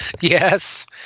yes